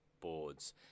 boards